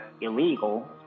illegal